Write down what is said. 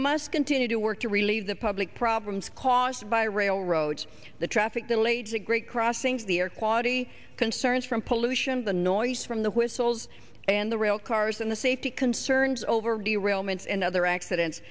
must continue to work to relieve the public problems caused by railroads the traffic delays the great crossings the air quality concerns from pollution the noise from the whistles and the rail cars and the safety concerns over derailment and other accidents